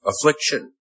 affliction